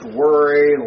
worry